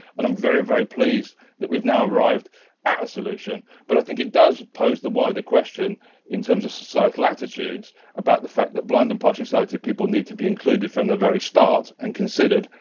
and i'm very very pleased that we've now arrived at a solution, but i think it does pose the wider question in terms of societal attitudes, about the fact that blind and partially sighted people need to be included from the very start and considered.